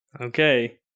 Okay